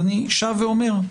ואני שב ואומר: